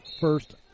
first